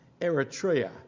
Eritrea